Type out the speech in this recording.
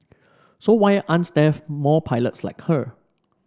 so why aren't there more pilots like her